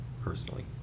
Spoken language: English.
personally